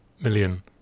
million